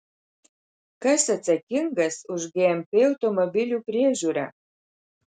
kas atsakingas už gmp automobilių priežiūrą